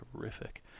terrific